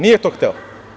Nije to hteo.